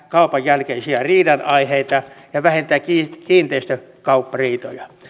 kaupan jälkeisiä riidan aiheita ja vähentävät kiinteistökauppariitoja